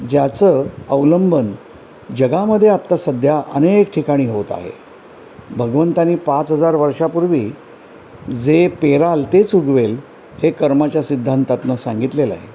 ज्याचं अवलंबन जगामधे आत्ता सध्या अनेक ठिकाणी होत आहे भगवंतांनी पाच हजार वर्षापूर्वी जे पेराल तेच उगवेल हे कर्माच्या सिद्धांतांतून सांगितलेलं आहे